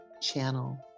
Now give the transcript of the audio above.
channel